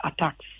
attacks